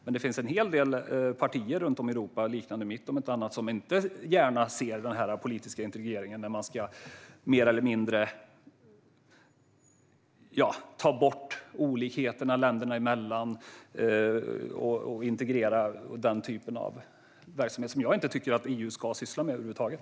Men det finns en hel del partier runt om i Europa - partier liknande mitt om inte annat - som inte gärna ser den här politiska integreringen, där man ska mer eller mindre ta bort olikheterna länderna emellan. Den typen av verksamhet tycker jag inte att EU ska syssla med över huvud taget.